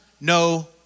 no